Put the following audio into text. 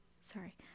sorry